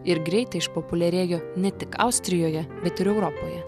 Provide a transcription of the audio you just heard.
ir greitai išpopuliarėjo ne tik austrijoje bet ir europoje